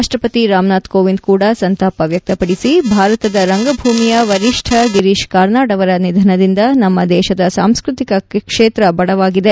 ರಾಷ್ಟ ಪತಿ ರಾಮನಾಥ್ ಕೋವಿಂದ್ ಕೂಡ ಸಂತಾವ ವ್ಯಕ್ತಪಡಿಸಿ ಭಾರತದ ರಂಗಭೂಮಿಯ ವರಿಷ್ಣ ಗಿರೀಶ್ ಕಾರ್ನಾಡ್ ಅವರ ನಿಧನದಿಂದ ನಮ್ಮ ದೇಶದ ಸಾಂಸ್ಕ್ವತಿಕ ಕ್ಷೇತ್ರ ಬಡವಾಗಿದೆ